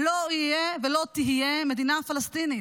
לא יהיה ולא תהיה מדינה פלסטינית.